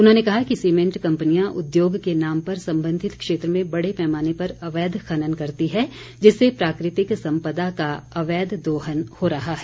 उन्होंने कहा कि सीमेंट कम्पनियां उद्योग के नाम पर संबंधित क्षेत्र में बड़े पैमाने पर अवैध खनन करती हैं जिससे प्राकृतिक संपदा का अवैध दोहन हो रहा है